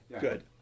Good